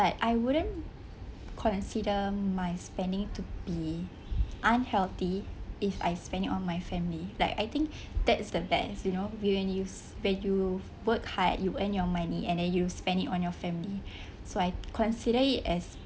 I wouldn't consider my spending to be unhealthy if I spend it on my family like I think that's the best you know when you use when you work hard you earn your money and then you spend it on your family so I consider it as